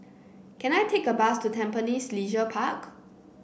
can I take a bus to Tampines Leisure Park